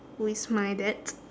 who is my dad